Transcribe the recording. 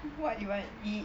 what you want eat